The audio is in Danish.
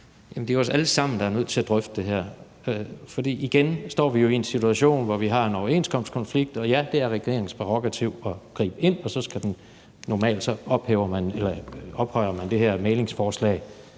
(KD): Det er jo os alle sammen, der er nødt til at drøfte det her. For igen står vi jo i en situation, hvor vi har en overenskomstkonflikt, og ja, det er regeringens prærogativ at gribe ind, og normalt så ophøjer man det her mæglingsforslag